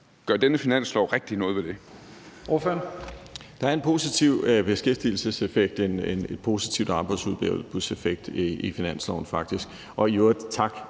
Gør denne finanslov rigtig noget ved det?